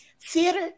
Theater